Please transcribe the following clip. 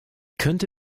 könnte